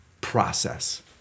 process